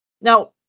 Now